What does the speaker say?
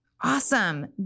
Awesome